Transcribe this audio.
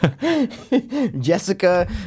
Jessica